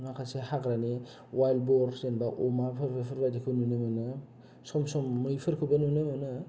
माखासे हाग्रानि अवाल्द बर जेन'बा अमाफोर बेफोर बायदिखौ नुनो मोनो सम सम मै फोरखौबो नुनो मोनो